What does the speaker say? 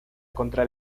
contra